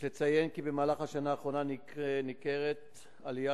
יש לציין כי במהלך השנה האחרונה ניכרת עלייה